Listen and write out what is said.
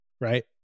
right